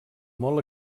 molt